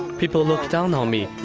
people look down on me,